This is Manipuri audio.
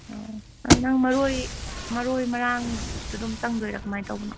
ꯑꯣ ꯑꯗꯨ ꯅꯪ ꯃꯔꯣꯏ ꯃꯔꯣꯏ ꯃꯔꯥꯡ ꯗꯨꯁꯨꯗꯨꯝ ꯆꯪꯗꯣꯏꯔꯥ ꯀꯃꯥꯏꯅ ꯇꯧꯕꯅꯣ